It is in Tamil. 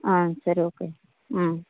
ஆ சரி ஓகே ம்